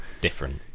Different